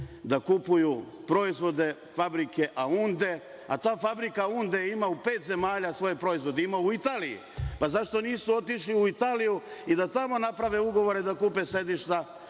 da kupuju proizvode fabrike „Aunde“, a ta fabrika „Aunde“ ima u pet zemalja svoje proizvode. Ima u Italiji. Pa, zašto nisu otišli u Italiju i da tamo naprave ugovore i da kupe sedišta